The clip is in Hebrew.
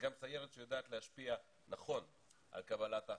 גם סיירת שיודעת להשפיע נכון על קבלת ההחלטות.